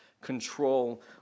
control